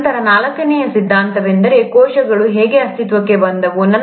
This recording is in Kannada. ನಂತರ ನಾಲ್ಕನೆಯ ಸಿದ್ಧಾಂತವೆಂದರೆ 'ಕೋಶಗಳು ಹೇಗೆ ಅಸ್ತಿತ್ವಕ್ಕೆ ಬಂದವು'